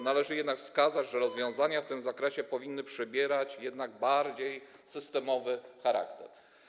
Należy jednak wskazać, że rozwiązania w tym zakresie powinny jednak przybierać bardziej systemowy charakter.